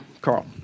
Carl